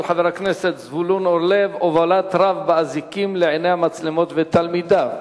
של חבר הכנסת זבולון אורלב: הובלת רב באזיקים לעיני המצלמות ותלמידיו.